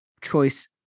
choice